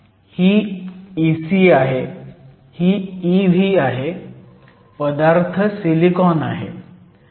ही Ec आहे ही Ev आहे पदार्थ सिलिकॉन आहे